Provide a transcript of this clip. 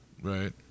right